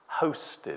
hosted